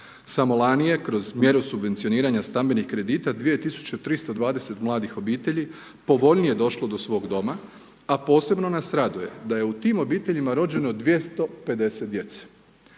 Samo lani je kroz mjeru subvencioniranja stambenih kredita 2320 mladih obitelji povoljnije došlo do svog doma a posebno nas raduje da je u tim obiteljima rođeno 250 djece.